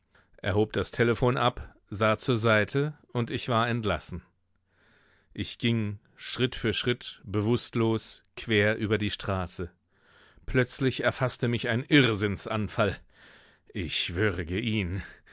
hob das telephon ab sah zur seite und ich war entlassen ich ging schritt für schritt bewußtlos quer über die straße plötzlich erfaßte mich ein irrsinnsanfall ich würge ihn